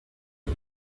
les